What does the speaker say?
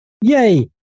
Yay